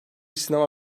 sinema